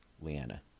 Leanna